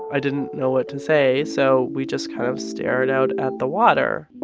i didn't know what to say, so we just kind of stared out at the water.